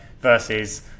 versus